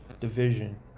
division